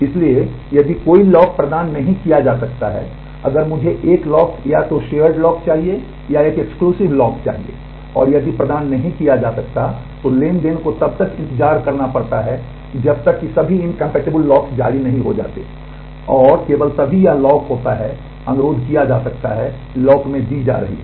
इसलिए यदि कोई लॉक प्रदान नहीं किया जा सकता है अगर मुझे एक लॉक या तो साझा लॉक चाहिए या एक एक्सक्लूसिव जारी नहीं हो जाते हैं और केवल तभी यह लॉक होता है अनुरोध किया जा सकता है लॉक में दी जा रही है